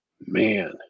man